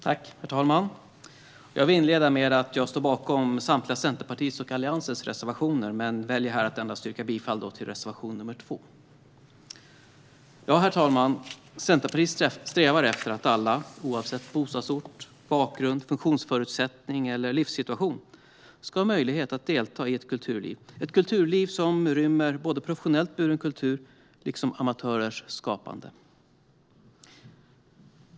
Herr talman! Jag vill inleda med att jag står bakom samtliga Centerpartiets och Alliansens reservationer men väljer att yrka bifall endast till reservation nr 2. Herr talman! Centerpartiet strävar efter att alla, oavsett bostadsort, bakgrund, funktionsförutsättning eller livssituation, ska ha möjlighet att delta i ett kulturliv som rymmer såväl professionellt buren kultur som amatörers skapande.